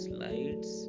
Slides